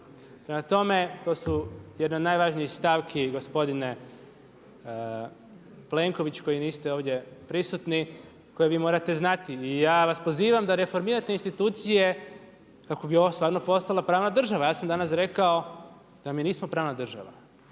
Prema tome, to su jedne od najvažnijih stavki gospodine Plenkoviću koji niste ovdje prisutni, koje vi morate znati. I ja vas pozivam da reformirat institucije kako bi ovo stvarno postala pravna država. Ja sam danas rekao da mi nismo pravna država.